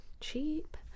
Cheap